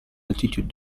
attitude